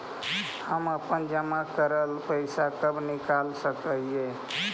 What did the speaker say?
हम अपन जमा करल पैसा कब निकाल सक हिय?